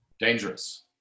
Dangerous